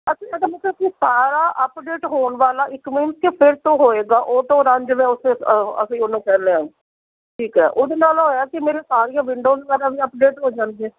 ਅੱਛਾ ਇਹਦਾ ਮਤਲਬ ਕਿ ਸਾਰਾ ਅਪਡੇਟ ਹੋਣ ਵਾਲਾ ਇੱਕ ਮਿੰਟ 'ਚ ਹੀ ਫਿਰ ਤੋਂ ਹੋਏਗਾ ਔਟੋ ਰਨ ਜਿਵੇਂ ਉੱਥੇ ਅਸੀਂ ਉਹਨੂੰ ਕਹਿੰਦੇ ਹਾਂ ਠੀਕ ਹੈ ਉਹਦੇ ਨਾਲ ਹੋਇਆ ਕਿ ਮੇਰੇ ਸਾਰੀਆਂ ਵਿੰਡੋਜ਼ ਵਗੈਰਾ ਵੀ ਅਪਡੇਟ ਹੋ ਜਾਣਗੀਆਂ